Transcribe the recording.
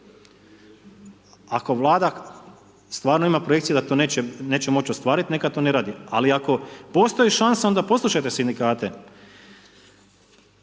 ako Vlada stvarno ima projekciju da to neće moć ostvarit neka to neradi, ali ako postoji šansa onda poslušajte sindikate.